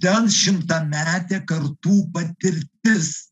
ten šimtametė kartų patirtis